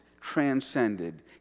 transcended